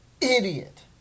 Idiot